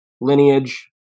lineage